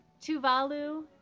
Tuvalu